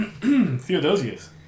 Theodosius